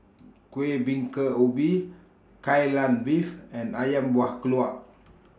Kueh Bingka Ubi Kai Lan Beef and Ayam Buah Keluak